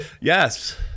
Yes